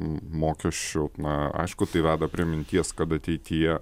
mokesčiu na aišku tai veda prie minties kad ateityje